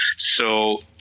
so